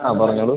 ആ പറഞ്ഞോളൂ